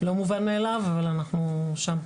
לא מובן מאליו, אבל אנחנו שם.